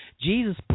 Jesus